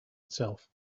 itself